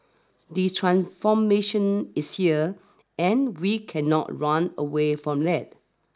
the transformation is here and we cannot run away from it